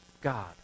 God